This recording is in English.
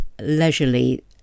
leisurely